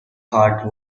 heart